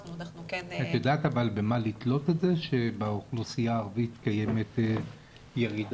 את יודעת במה לתלות את זה שבאוכלוסייה הערבית קיימת ירידה?